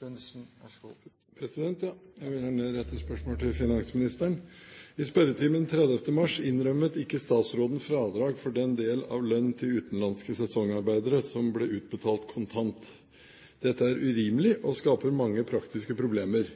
Jeg vil gjerne rette et spørsmål til finansministeren: «I spørretimen 30. mars innrømmet ikke statsråden fradrag for den del av lønn til utenlandske sesongarbeidere som ble utbetalt kontant. Dette er urimelig og skaper mange praktiske problemer.